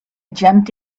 jumped